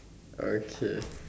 okay